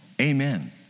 Amen